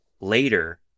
later